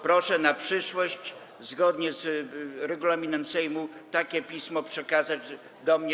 Proszę na przyszłość, zgodnie z regulaminem Sejmu, takie pismo przekazać do mnie.